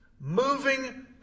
Moving